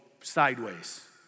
sideways